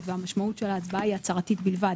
המשמעות של ההצבעה היא הצהרתית בלבד.